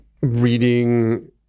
reading